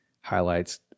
highlights